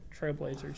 Trailblazers